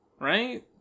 Right